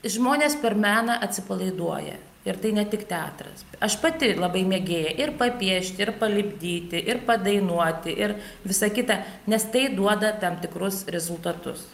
žmonės per meną atsipalaiduoja ir tai ne tik teatras aš pati labai mėgėja ir papiešti ir palipdyti ir padainuoti ir visa kita nes tai duoda tam tikrus rezultatus